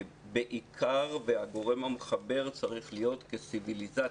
בעיקר כשהגורם המחבר צריך להיות כציוויליזציה,